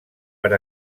per